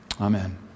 Amen